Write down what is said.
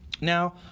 Now